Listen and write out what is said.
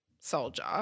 soldier